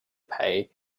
pay